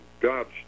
God's